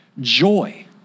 joy